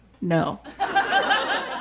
No